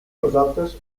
nosaltres